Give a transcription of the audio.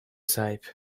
sahip